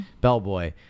Bellboy